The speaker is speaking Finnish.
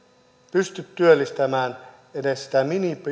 pysty työllistämään edes sitä